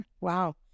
Wow